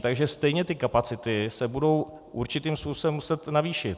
Takže stejně ty kapacity se budou určitým způsobem muset navýšit.